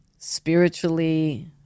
spiritually